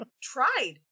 tried